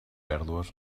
pèrdues